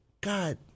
God